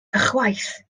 ychwaith